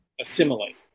assimilate